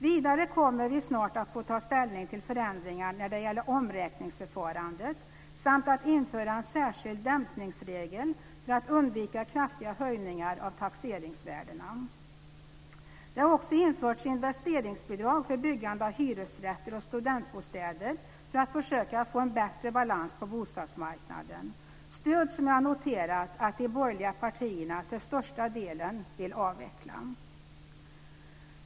Vidare kommer vi snart att få ta ställning till förändringar när det gäller omräkningsförfarandet samt att införa en särskild dämpningsregel för att undvika kraftiga höjningar av taxeringsvärdena. Det har också införts investeringsbidrag för byggande av hyresrätter och studentbostäder för att försöka få en bättre balans på bostadsmarknaden - stöd som jag har noterat att de borgerliga partierna till största delen vill avveckla!